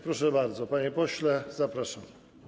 Proszę bardzo, panie pośle, zapraszam.